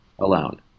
alone